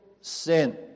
sin